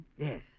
Yes